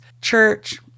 church